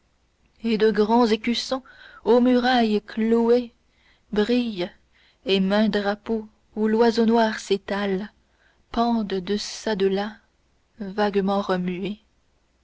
et de grands écussons aux murailles cloués brillent et maints drapeaux où l'oiseau noir s'étale pendent deçà delà vaguement remués